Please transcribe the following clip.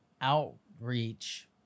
outreach